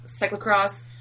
cyclocross